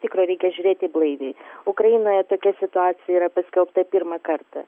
tikrai reikia žiūrėti blaiviai ukrainoje tokia situacija yra paskelbta pirmą kartą